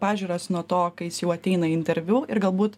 pažiūras nuo to kai jis jau ateina į interviu ir galbūt